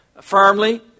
firmly